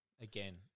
Again